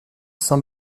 sans